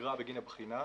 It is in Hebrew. אגרה בגין הבחינה,